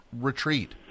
retreat